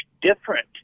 different